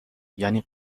یعنی